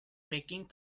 making